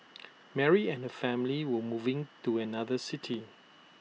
Mary and her family were moving to another city